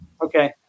Okay